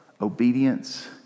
obedience